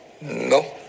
No